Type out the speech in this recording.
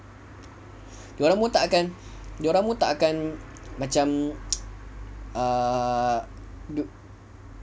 dia orang pun tak akan dia orang pun tak akan macam err